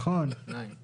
הממשלה מציעה שלא ניתן